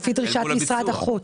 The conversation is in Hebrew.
לפי דרישת משרד החוץ.